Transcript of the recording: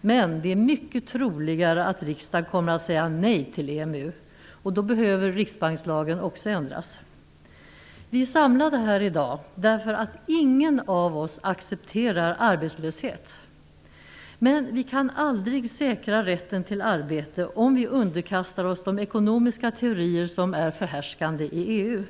Men det är mycket troligare att riksdagen kommer att säga nej till EMU, och då behöver riksbankslagen också ändras. Vi är samlade här i dag därför att ingen av oss accepterar arbetslöshet. Men vi kan aldrig säkra rätten till arbete om vi underkastar oss de ekonomiska teorier som är förhärskande i EU.